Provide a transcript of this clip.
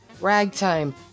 ragtime